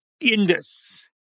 Indus